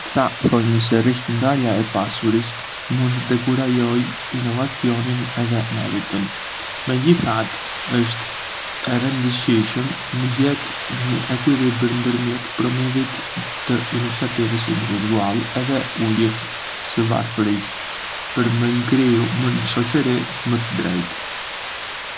Ca thonjën se rishpërndarja e pasurisë mund të dekurajojë inovacionin edhe meritën. Megjithatë, është e rëndësishme me gjetë një ekuilibër ndërmjet promovimit të iniciativës individuale edhe uljes së varfërisë, për me kriju një shoçëri më të drejtë.